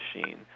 machine